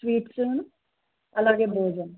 sweets అలాగే భోజన్